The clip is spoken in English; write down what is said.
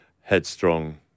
headstrong